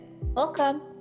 Welcome